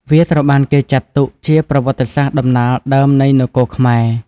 វាត្រូវបានគេចាត់ទុកជាប្រវត្តិសាស្រ្តដំណាលដើមនៃនគរខ្មែរ។